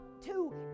two